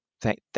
thank